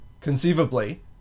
conceivably